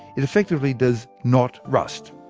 it effectively does not rust.